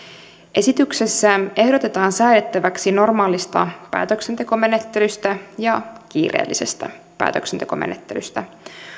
esityksessä ehdotetaan säädettäväksi normaalista päätöksentekomenettelystä ja kiireellisestä päätöksentekomenettelystä